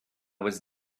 was